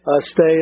stay